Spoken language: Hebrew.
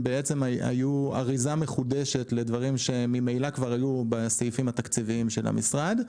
אריזה מחודשת לדברים שממילא כבר היו בסעיפים התקציביים של המשרד,